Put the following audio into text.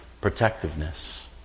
protectiveness